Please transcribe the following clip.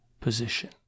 position